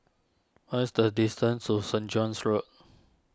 what's the distance to Saint John's Road